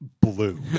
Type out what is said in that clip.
blue